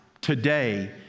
today